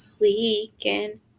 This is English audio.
Weekend